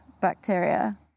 bacteria